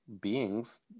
beings